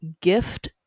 gift